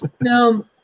no